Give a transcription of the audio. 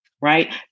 right